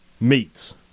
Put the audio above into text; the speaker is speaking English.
Meats